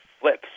flips